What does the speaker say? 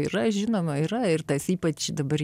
yra žinoma yra ir tas ypač dabar